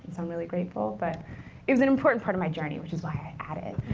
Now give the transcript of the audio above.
so i'm really grateful. but it was an important part of my journey, which is why i added it.